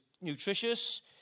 nutritious